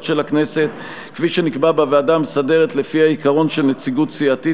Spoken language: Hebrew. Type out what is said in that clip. של הכנסת כפי שנקבע בוועדה המסדרת לפי העיקרון של נציגות סיעתית,